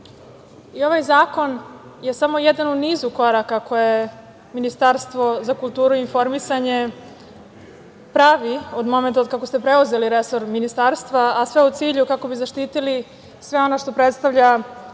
zakon je samo jedan u nizu koraka koje Ministarstvo za kulturu i informisanje pravi od momenta kako ste preuzeli resor ministarstva, a u cilju kako bi zaštitili sve ono što predstavlja našu